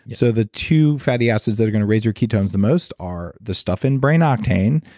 yeah so the two fatty acids that are going to raise your ketones the most are the stuff in brain octane,